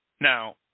Now